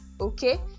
okay